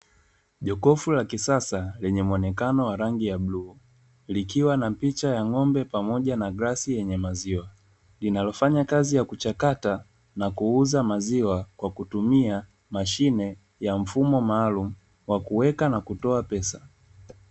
Jokofu la kisasa lenye mwonekano wa rangi ya bluu, likiwa na picha ya ng'ombe pamoja na glasi yenye maziwa linalo fanya kazi ya kuchakata na kuuza maziwa, kwa kutumia mashine ya mfumo maalumu wa kuweka na kutoa pesa.